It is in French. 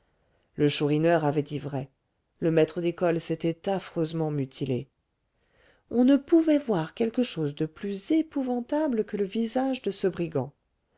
le chourineur avait dit vrai le maître d'école s'était affreusement mutilé on ne pouvait voir quelque chose de plus épouvantable que le visage de ce brigand